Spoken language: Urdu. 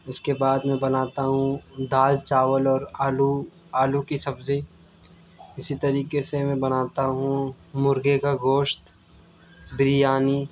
اس کے بعد میں بناتا ہوں دال چاول اور آلو آلو کی سبزی اسی طریقے سے میں بناتا ہوں مرغے کا گوشت بریانی